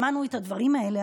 שמענו את הדברים האלה,